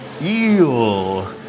Eel